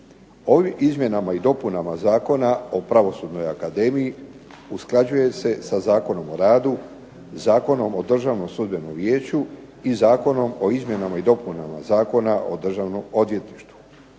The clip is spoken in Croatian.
Ovim izmjenama i dopunama Zakona o Pravosudnoj akademiji usklađuje se sa Zakonom o radu, Zakonom o Državnom sudbenom vijeću i Zakonom o izmjenama i dopunama Zakona o Državnom odvjetništvu.